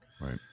Right